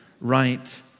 right